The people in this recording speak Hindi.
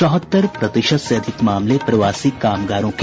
चौहत्तर प्रतिशत से अधिक मामले प्रवासी कामगारों के